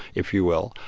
if you will,